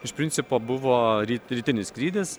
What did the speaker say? iš principo buvo ryt rytinis skrydis